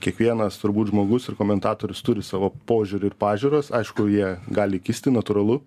kiekvienas turbūt žmogus ir komentatorius turi savo požiūrį ir pažiūras aišku jie gali kisti natūralu